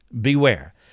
beware